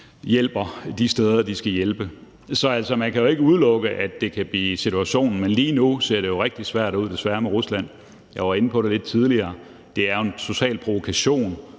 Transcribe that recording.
hjælper de steder, de skal hjælpe. Så man kan jo ikke udelukke, at det kan blive situationen, men lige nu ser det jo desværre rigtig svært ud med Rusland. Jeg var inde på det lidt tidligere. Det er jo en total provokation